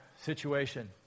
situation